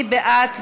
מי בעד?